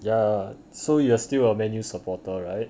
ya so you are still a man U supporter right